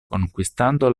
conquistando